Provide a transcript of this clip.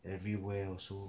everywhere also